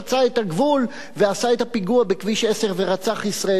את הגבול ועשה את הפיגוע בכביש 10 ורצח ישראלי.